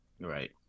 Right